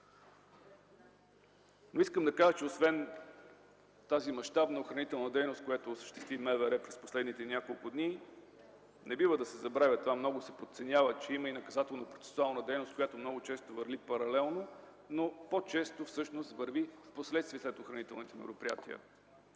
по общия ред. Освен тази мащабна охранителна дейност, която осъществи МВР през последните няколко дни, не бива да се забравя, а това много се подценява, че има и наказателно-процесуална дейност, която много често върви паралелно, но по-често върви впоследствие, след охранителните мероприятия.